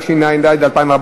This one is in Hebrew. התשע"ד 2014,